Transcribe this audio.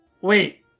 wait